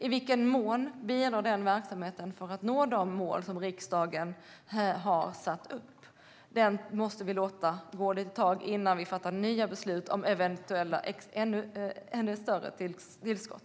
I vilken mån bidrar den verksamheten till att nå de mål som riksdagen har satt upp? Vi måste låta det gå ett tag innan vi fattar nya beslut om eventuella ännu större tillskott.